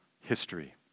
history